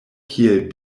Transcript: kiel